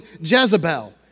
Jezebel